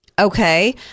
Okay